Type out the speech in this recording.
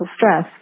stress